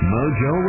Mojo